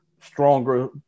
stronger